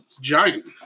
Giant